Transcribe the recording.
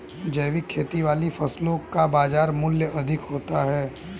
जैविक खेती वाली फसलों का बाजार मूल्य अधिक होता है